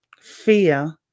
fear